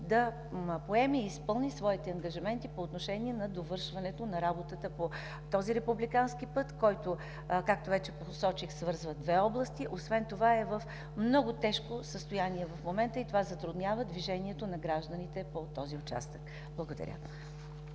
да поеме и изпълни своите ангажименти по отношение на довършването на работата по този републикански път, който, както вече посочих, свързва две области, освен това е в много тежко състояние в момента и това затруднява движението на гражданите по този участък? Благодаря.